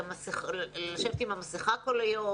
האם לשבת עם המסכה כל היום?